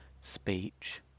speech